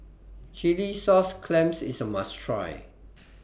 Chilli Sauce Clams IS A must Try